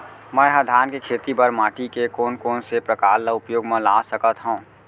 मै ह धान के खेती बर माटी के कोन कोन से प्रकार ला उपयोग मा ला सकत हव?